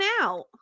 out